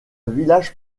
village